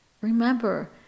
remember